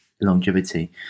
Longevity